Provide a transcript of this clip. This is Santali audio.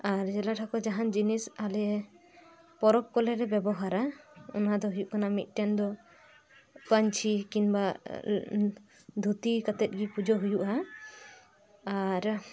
ᱟᱨ ᱡᱮᱞᱮ ᱴᱷᱟᱹᱠᱩᱨ ᱡᱤᱱᱤ ᱟᱞᱮ ᱯᱚᱨᱚᱵ ᱠᱚᱨᱮ ᱞᱮ ᱵᱮᱵᱚᱦᱟᱨᱟ ᱚᱱᱟ ᱫᱚ ᱦᱩᱭᱩᱜ ᱠᱟᱱᱟ ᱢᱤᱫᱴᱮᱱ ᱫᱚ ᱯᱟᱹᱪᱤ ᱠᱤᱝᱵᱟ ᱫᱷᱩᱛᱤ ᱠᱟᱛᱮ ᱜᱮ ᱯᱩᱡᱳᱦᱩᱭᱩᱜᱼᱟ ᱟᱨ